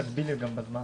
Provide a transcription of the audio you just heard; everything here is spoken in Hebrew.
תגבילי גם בזמן.